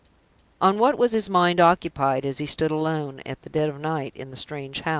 on what was his mind occupied as he stood alone, at the dead of night, in the strange house?